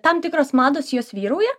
tam tikros mados jos vyrauja